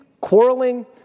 quarreling